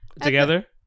Together